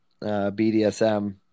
BDSM